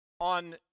on